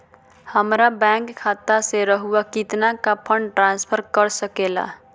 हमरा बैंक खाता से रहुआ कितना का फंड ट्रांसफर कर सके ला?